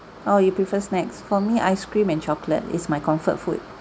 orh you prefer snacks for me ice cream and chocolate is my comfort food